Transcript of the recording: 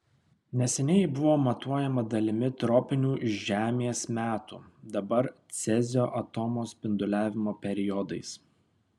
neseniai ji buvo matuojama dalimi tropinių žemės metų dabar cezio atomo spinduliavimo periodais